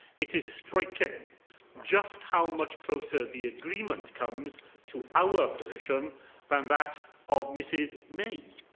it is striking just how much closer the agreement comes to our position than that of mrs may.